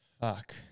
Fuck